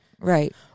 right